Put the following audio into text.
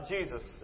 Jesus